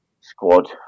squad